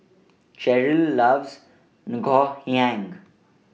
Cherryl loves Ngoh Hiang